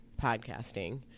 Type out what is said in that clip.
podcasting